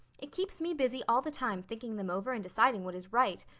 it keeps me busy all the time thinking them over and deciding what is right.